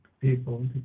people